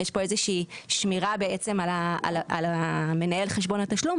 יש פה איזושהי שמירה על מנהל חשבון התשלום,